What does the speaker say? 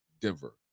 Denver